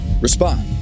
respond